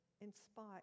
inspire